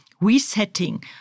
resetting